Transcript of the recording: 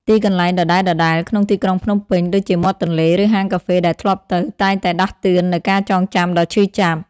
ទីកន្លែងដដែលៗក្នុងទីក្រុងភ្នំពេញ ដូចជាមាត់ទន្លេ ឬហាងកាហ្វេដែលធ្លាប់ទៅ តែងតែដាស់តឿននូវការចងចាំដ៏ឈឺចាប់។